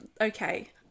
okay